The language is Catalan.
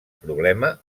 problema